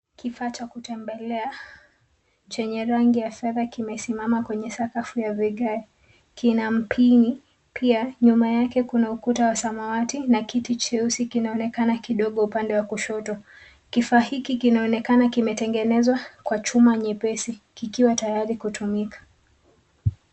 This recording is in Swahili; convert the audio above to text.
Kifaa cha kutembelea chenye rangi ya fedha kimesimama kwenye sakafu ya vigae. Kina mpini, pia nyuma yake kuna ukuta wa samawati na kiti cheusi kinaonekana kidogo upande wa kushoto. Kifaa hiki kinaonekana kimetengenezwa kwa chuma nyepesi kikiwa tayari kutumika.